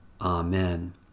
Amen